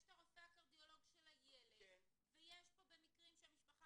יש את הרופא הקרדיולוג של הילד ויש פה במקרים שהמשפחה